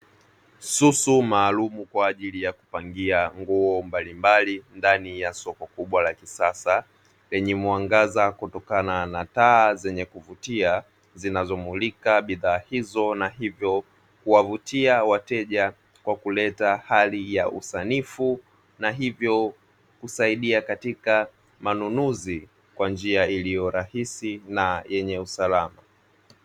Susu maalumu kwaajili ya kupangia nguo mbalimbali, ndani ya soko kubwa la kisasa lenye mwangaza, kutokana na taa zenye kuvutia zinazo mulika bidhaa hizo na hivyo kuwavutia wateja kwa kuleta hali ya usanifu na hivyo husaidia katika manunuzikwa njia iliyo rahisi na yenye usalama.